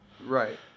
Right